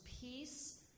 peace